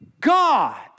God